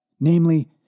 Namely